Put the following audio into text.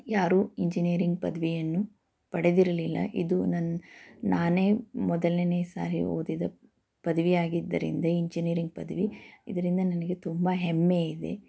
ಯಾರೂ ಇಂಜಿನೀರಿಂಗ್ ಪದವಿಯನ್ನು ಪಡೆದಿರಲಿಲ್ಲ ಇದು ನನ್ ನಾನೇ ಮೊದಲನೇ ಸಾರಿ ಓದಿದ ಪದವಿಯಾಗಿದ್ದರಿಂದ ಇಂಜಿನಿಯರಿಂಗ್ ಪದವಿ ಇದರಿಂದ ನನಗೆ ತುಂಬ ಹೆಮ್ಮೆ ಇದೆ